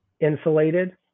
insulated